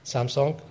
Samsung